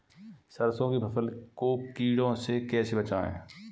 सरसों की फसल को कीड़ों से कैसे बचाएँ?